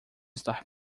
estar